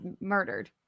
murdered